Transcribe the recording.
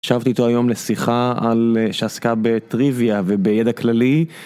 ישבתי איתו היום לשיחה על... שעסקה בטריוויה ובידע כללי.